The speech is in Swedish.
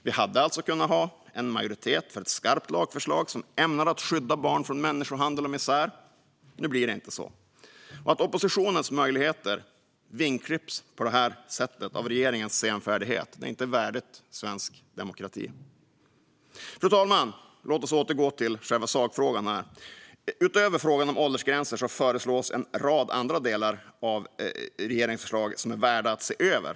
Vi hade kunnat ha en majoritet för ett skarpt lagförslag som är ämnat att skydda barn från människohandel och misär, men nu blir det inte så. Att oppositionens möjligheter på detta sätt vingklipps av regeringens senfärdighet är inte värdigt svensk demokrati. Fru talman! Låt oss återgå till själva sakfrågan. Utöver frågan om åldersgränser finns det annat som är värt att se över.